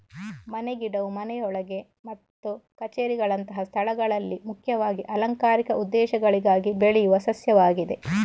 ಮನೆ ಗಿಡವು ಮನೆಯೊಳಗೆ ಮತ್ತು ಕಛೇರಿಗಳಂತಹ ಸ್ಥಳಗಳಲ್ಲಿ ಮುಖ್ಯವಾಗಿ ಅಲಂಕಾರಿಕ ಉದ್ದೇಶಗಳಿಗಾಗಿ ಬೆಳೆಯುವ ಸಸ್ಯವಾಗಿದೆ